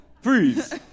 Freeze